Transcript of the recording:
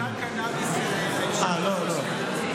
זה מותג קנביס, אה, לא, לא.